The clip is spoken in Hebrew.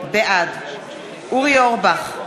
בעד אורי אורבך,